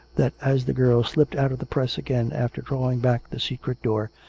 that as the girl slipped out of the press again after drawing back the secret door,